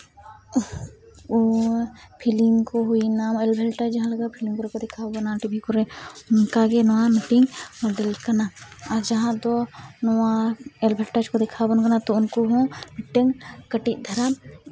film ᱠᱚ ᱦᱩᱭᱱᱟ advantage ᱡᱟᱦᱟᱸ ᱞᱮᱠᱟ ᱯᱷᱤᱞᱤᱢ ᱠᱚᱨᱮ ᱠᱚ ᱫᱮᱠᱷᱟᱣ ᱵᱚᱱᱟ ᱴᱤᱵᱷᱤ ᱠᱚᱨᱮ ᱚᱱᱠᱟᱜᱮ ᱱᱚᱣᱟ ᱢᱤᱫᱴᱤᱡ ᱢᱳᱰᱮᱞ ᱠᱟᱱᱟ ᱟᱨ ᱡᱟᱦᱟᱸ ᱫᱚ ᱱᱚᱣᱟ ᱮᱰᱵᱷᱮᱴᱟᱡᱽ ᱠᱚ ᱫᱮᱠᱷᱟᱣ ᱵᱚᱱ ᱠᱟᱱᱟ ᱛᱳ ᱩᱱᱠᱩ ᱦᱚᱸ ᱢᱤᱫᱴᱮᱱ ᱠᱟᱹᱴᱤᱡ ᱫᱷᱟᱨᱟ